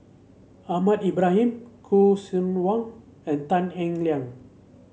Ahmad Ibrahim Khoo Seok Wan and Tan Eng Liang